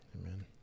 Amen